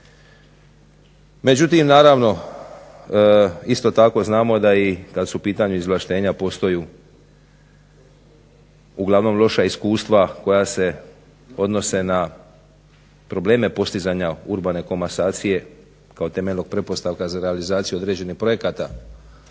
Međutim, naravno isto tako znamo da i kad su u pitanju izvlaštenja postoje uglavnom loša iskustva koja se odnose na probleme postizanja urbane komasacije kao temeljnog pretpostavka za realizaciju određenih projekata